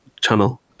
channel